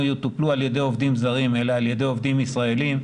יטופלו על ידי עובדים זרים אלא על ידי עובדים ישראליים,